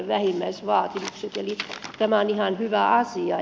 eli tämä on ihan hyvä asia